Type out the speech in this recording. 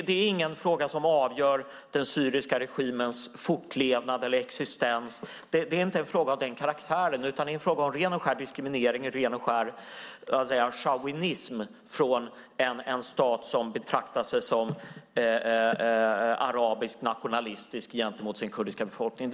Det är ingen fråga som avgör den syriska regimens fortlevnad eller existens, utan det är en fråga om ren och skär diskriminering och chauvinism från en stat som betraktar sig som arabiskt nationalistisk gentemot den kurdiska befolkningen.